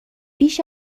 بیش